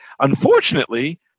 Unfortunately